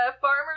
Farmers